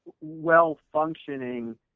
well-functioning